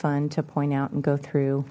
fun to point out and go through